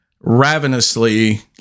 ravenously